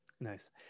Nice